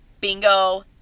bingo